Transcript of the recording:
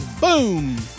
Boom